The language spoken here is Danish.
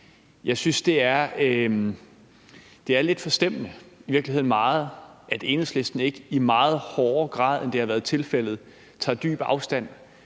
Jeg synes, det er lidt forstemmende, i virkeligheden meget, at Enhedslisten ikke i meget højere grad, end det har været tilfældet, tager dyb afstand